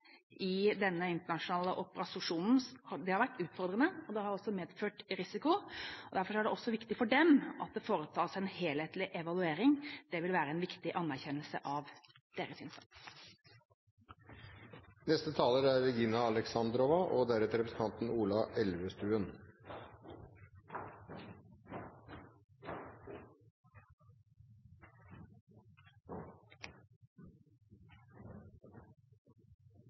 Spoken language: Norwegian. i denne internasjonale operasjonen, har det vært utfordrende. Det har også medført risiko, og derfor er det viktig for dem at det foretas en helhetlig evaluering. Det vil være en viktig anerkjennelse av deres innsats. Først ønsker jeg å takke for den viktige innsatsen og